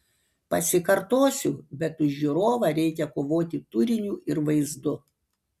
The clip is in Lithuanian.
pasikartosiu bet už žiūrovą reikia kovoti turiniu ir vaizdu